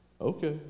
okay